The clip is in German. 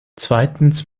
zweitens